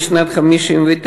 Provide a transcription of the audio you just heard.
משנת 1959,